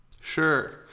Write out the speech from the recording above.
Sure